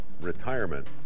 retirement